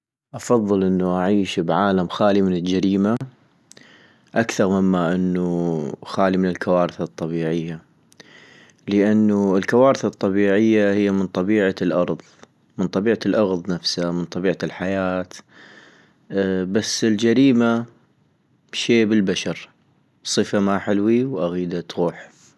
افضل انو أعيش بعالم خالي من الجريمة اكثغ مما انو خالي من الكوارث الطبيعة - لانو الكوارث الطبيعية هي من طبيعة الارض ، من طبيعة الاغض نفسا من طبيعة الحياة - بس الجريمة شي بالبشر ، صفحة ما حلوي واغيدا تغوح